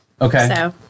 okay